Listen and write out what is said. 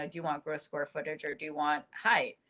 ah do you want growth square footage or do you want height?